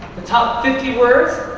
the top fifty words,